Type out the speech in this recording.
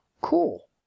cool